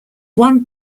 one